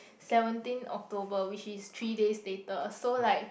seventeen October which is three days later so like